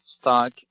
stock